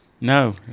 No